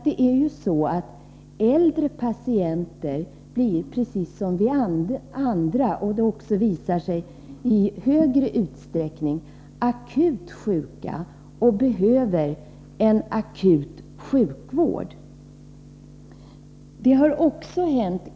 Det är ju så att äldre patienter i högre utsträckning blir akut sjuka och behöver — precis som vi andra — en akut sjukvård.